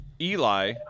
Eli